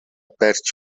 барьж